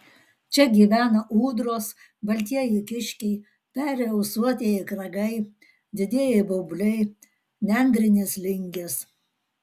čia gyvena ūdros baltieji kiškiai peri ausuotieji kragai didieji baubliai nendrinės lingės